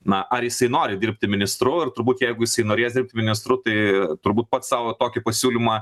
na ar jisai nori dirbti ministru ir turbūt jeigu jisai norės dirbt ministru tai turbūt pats savo tokį pasiūlymą